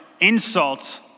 insults